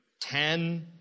ten